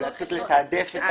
אולי צריך לתעדף את